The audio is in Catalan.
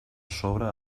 sobre